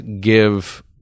give